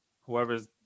whoever's